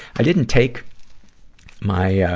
i didn't take my, ah,